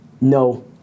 no